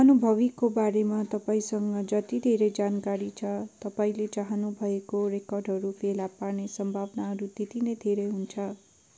अनुभवीको बारेमा तपाईसँग जति धेरै जानकारी छ तपाईँले चाहनु भएको रेकर्डहरू फेला पार्ने सम्भावनाहरू त्यति नै धेरै हुन्छ